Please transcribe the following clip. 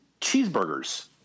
cheeseburgers